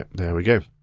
there we go.